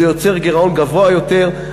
זה יוצר גירעון גבוה יותר.